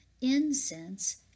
incense